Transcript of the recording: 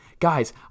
Guys